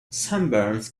sunburns